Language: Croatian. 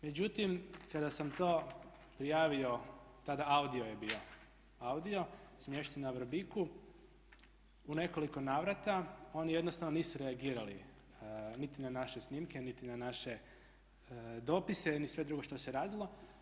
Međutim, kada sam to prijavio tada AUDIO je bio, AUDIO, smješten na Vrbiku, u nekoliko navrata oni jednostavno nisu reagirali niti na naše snimke, niti na naše dopise ni sve drugo što se radilo.